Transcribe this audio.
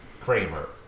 Kramer